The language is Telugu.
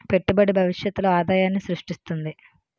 పెట్టుబడి భవిష్యత్తులో ఆదాయాన్ని స్రృష్టిస్తుంది